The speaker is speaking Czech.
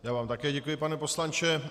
Já vám také děkuji, pane poslanče.